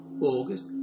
August